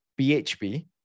BHB